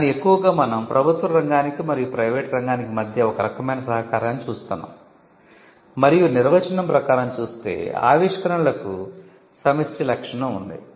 కానీ ఎక్కువగా మనం ప్రభుత్వ రంగానికి మరియు ప్రైవేటు రంగానికి మధ్య ఒక రకమైన సహకారాన్ని చూస్తున్నాము మరియు నిర్వచనం ప్రకారం చూస్తే ఆవిష్కరణలకు సమిష్టి లక్షణం ఉంది